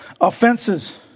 offenses